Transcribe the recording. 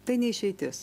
tai ne išeitis